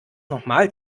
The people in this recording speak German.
nochmal